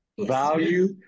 value